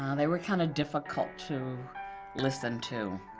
um they were kind of difficult to listen to.